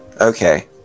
Okay